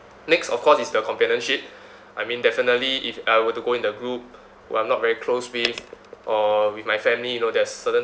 next of course is the companionship I mean definitely if I were to go in the group who I'm not very close with or with my family you know there's certain